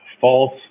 false